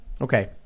Okay